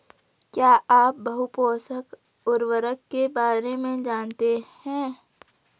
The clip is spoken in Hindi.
क्या आप बहुपोषक उर्वरक के बारे में जानते हैं?